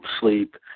sleep